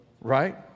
Right